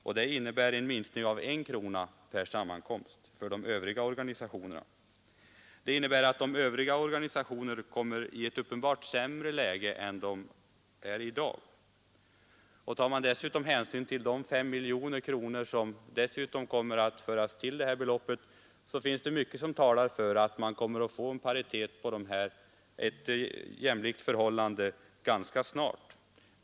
Detta innebär en minskning av en krona per sammankomst för de övriga organisationerna, vilka kommer i ett uppenbart sämre läge än i dag. Tar man också hänsyn till de 5 miljoner kronor som dessutom skall tillföras organisationerna, så finns det mycket som talar för att man kommer att få ett jämlikt förhållande ganska snart.